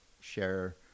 share